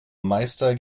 meister